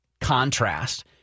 contrast